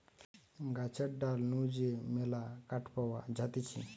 গাছের ডাল নু যে মেলা কাঠ পাওয়া যাতিছে